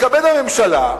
תתכבד הממשלה,